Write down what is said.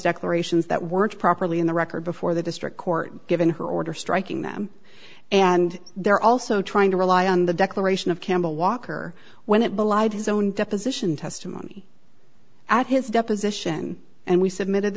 declarations that weren't properly in the record before the district court given her order striking them and they're also trying to rely on the declaration of campbell walker when it belied his own deposition testimony at his deposition and we submitted